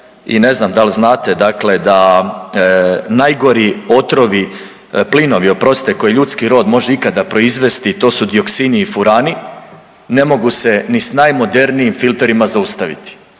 i ne znam da li znate dakle da najgori otrovi, plinovi oprostite koje ljudski rod može ikada proizvesti to su dioksini i furani, ne mogu se ni s najmodernijim filterima zaustaviti.